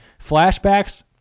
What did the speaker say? Flashbacks